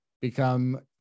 become